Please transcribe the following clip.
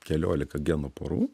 keliolika genų porų